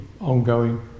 ongoing